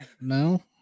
No